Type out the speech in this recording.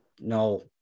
no